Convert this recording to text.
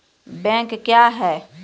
Bank क्या हैं?